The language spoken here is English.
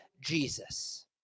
Jesus